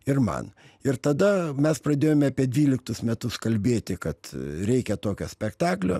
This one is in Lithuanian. ir man ir tada mes pradėjome apie dvyliktus metus kalbėti kad reikia tokio spektaklio